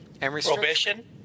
Prohibition